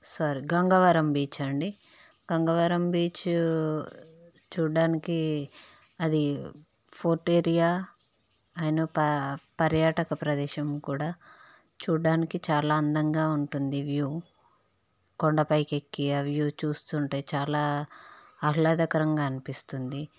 sorry Gangavaram beach అండి Gangavaram beach చూడడానికి అది ఫోర్ట్ ఏరియా అయినా పర్యాటక ప్రదేశం కూడా చూడడానికి చాలా అందంగా ఉంటుంది వ్యూ కొండపైకి ఎక్కి ఆ వ్యూ చూస్తుంటే చాలా ఆహ్లాదకరంగా అనిపిస్తుంది